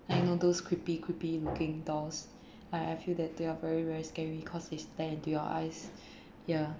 like those creepy creepy looking dolls I I feel that they are very very scary cause they stare into your eyes ya